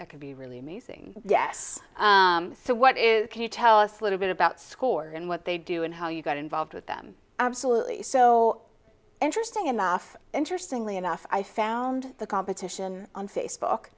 that could be really amazing yes so what is can you tell us a little bit about scores and what they do and how you got involved with them absolutely so interesting enough interestingly enough i found the competition on facebook